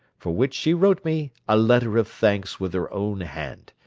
for which she wrote me a letter of thanks with her own hand,